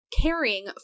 caring